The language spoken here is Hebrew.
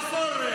זה הכול?